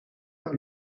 par